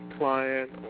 Client